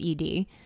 ED